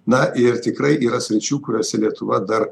na ir tikrai yra sričių kuriose lietuva dar